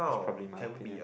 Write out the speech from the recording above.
it's probably my opinion